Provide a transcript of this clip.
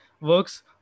works